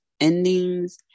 endings